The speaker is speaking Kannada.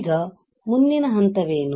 ಈಗ ಮುಂದಿನ ಹಂತವೇನು